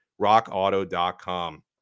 rockauto.com